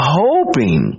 hoping